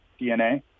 dna